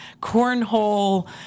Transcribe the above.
cornhole